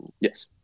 Yes